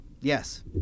Yes